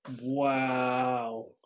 Wow